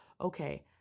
okay